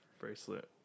bracelet